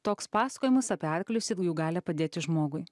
toks pasakojimas apie arklius ir jų galią padėti žmogui